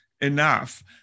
enough